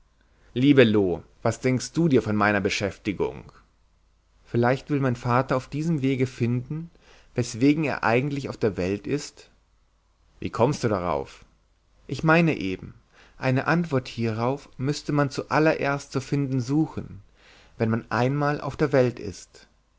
liebe loo was denkst du dir von meiner beschäftigung vielleicht will mein vater auf diesem wege finden weswegen er eigentlich auf der welt ist wie kommst du darauf ich meine eben eine antwort hierauf müßte man zu allererst zu finden suchen wenn man einmal auf der welt ist